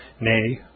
nay